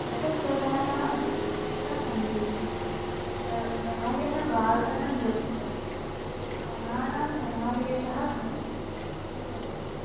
रससृजनता अस्ति इति वा सङ्गीतं तत्र गायनवादन नृत्यम् इति त्रयाणां समावेशः भवति इति प्रसिद्धं